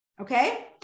Okay